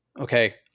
Okay